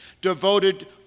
devoted